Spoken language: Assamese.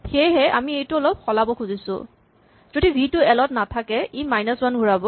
সেয়েহে আমি এইটো অলপ সলাব খুজিছো যদি ভি টো এল ত নাথাকে ই মাইনাচ ৱান ঘূৰাব